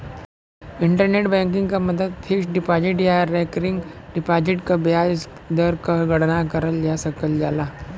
internet banking क मदद fixed deposit या रेकरिंग डिपाजिट क ब्याज दर क गणना करल जा सकल जाला